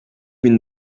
bin